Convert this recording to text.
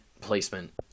placement